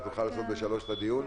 אז נוכל לעשות ב-15:00 את הדיון.